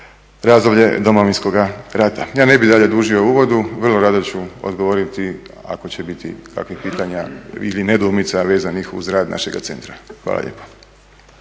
razdoblje Domovinskoga rata. Ja ne bih dalje dužio u uvodu. Vrlo rado ću odgovoriti ako će biti kakvih pitanja ili nedoumica vezanih uz rad našega centra. Hvala lijepo.